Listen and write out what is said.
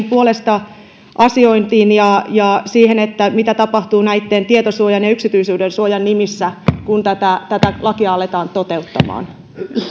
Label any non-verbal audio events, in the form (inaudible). (unintelligible) puolesta asiointiin ja ja siihen mitä tapahtuu tietosuojan ja yksityisyyden suojan nimissä kun tätä tätä lakia aletaan toteuttamaan